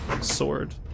sword